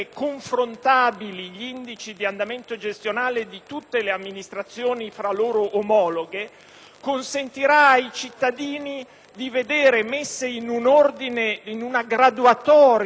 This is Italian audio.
tutte le amministrazioni fra loro omologhe consentirà ai cittadini di vedere inserite in una graduatoria di efficienza e produttività